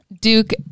Duke